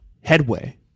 headway